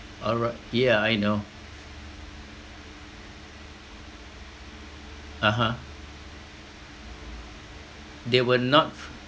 alright yeah I know (uh huh) they will not